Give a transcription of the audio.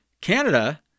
Canada